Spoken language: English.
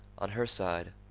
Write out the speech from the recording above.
on her side,